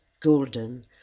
golden